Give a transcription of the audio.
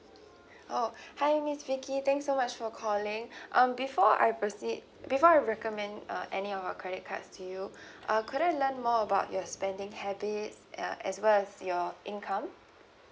oh okay hi miss vicky thanks so much for calling um before I proceed before I recommend uh any of our credit cards to you uh could I learn more about your spending habits uh as well as your income